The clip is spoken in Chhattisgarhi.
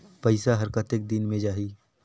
पइसा हर कतेक दिन मे जाही?